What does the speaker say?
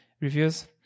reviews